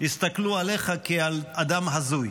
הסתכלו עליך כעל אדם הזוי.